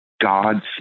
God's